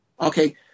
Okay